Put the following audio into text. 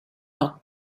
not